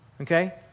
Okay